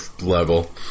level